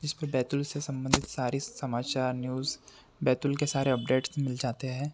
जिस पर बैतूल से सम्बन्धित सारी समाचार न्यूज़ बैतूल के सारे अपडेटस् मिल जाते हैं